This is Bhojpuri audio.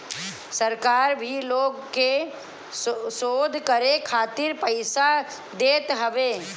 सरकार भी लोग के शोध करे खातिर पईसा देत हवे